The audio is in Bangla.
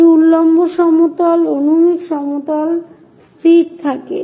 এই উল্লম্ব সমতল অনুভূমিক সমতল স্থির থাকে